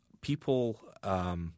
people –